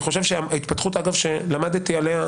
מדובר בהתפתחות שלמדתי עליה